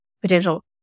potential